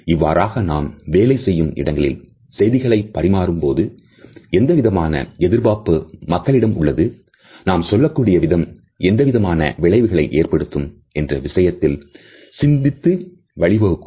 இவ்வாறாக நாம் வேலை செய்யும் இடங்களில் செய்திகளை பரிமாறும்போது எந்தவிதமான எதிர்பார்ப்பு மக்களிடம் உள்ளது நாம் சொல்லக்கூடிய விதம் எந்தவிதமான விளைவுகளை ஏற்படுத்தும் என்ற விஷயத்தில் சிந்திக்க வழிவகுக்கும்